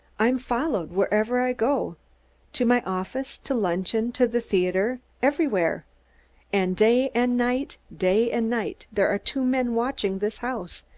i'm followed wherever i go to my office, to luncheon, to the theater, everywhere and day and night, day and night, there are two men watching this house,